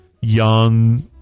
young